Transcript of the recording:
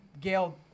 Gail